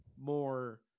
more